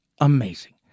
amazing